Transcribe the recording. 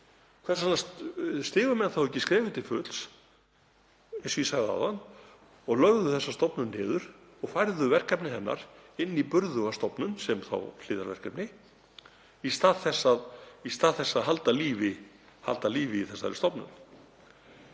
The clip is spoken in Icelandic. vegna stigu menn þá ekki skrefið til fulls, eins og ég sagði áðan, og lögðu hana niður og færðu verkefni hennar inn í burðuga stofnun sem hliðarverkefni í stað þess að halda lífi í þessari stofnun?